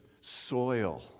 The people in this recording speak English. soil